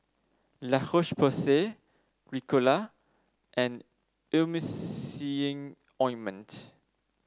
La Roche Porsay Ricola and Emulsying Ointment